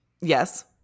Yes